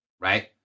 right